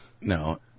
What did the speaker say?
no